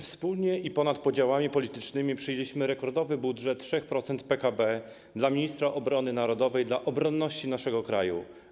Wspólnie i ponad podziałami politycznymi przyjęliśmy rekordowy budżet 3% PKB dla ministra obrony narodowej, dla obronności naszego kraju.